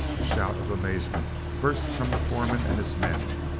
a shout of amazement burst from the foreman and his men.